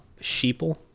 Sheeple